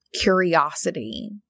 curiosity